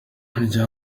rya